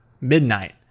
midnight